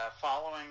following